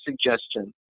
suggestion